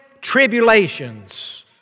tribulations